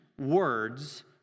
words